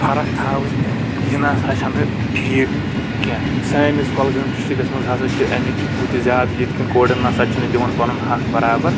فرق تھاوٕنۍ یہِ نَسا چھنہٕ ٹھیٖک کیٚنٛہہ سٲنِس کۄلگأمۍ ڈِسٹِکس منٛز ہسا چھ أمِچ ہُہ تہِ زیٛادٕ ییٚتۍ کٮ۪ن کورٮ۪ن نسا چھنہٕ دِوان پنُن حق برابر